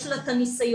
יש לה את הניסיון.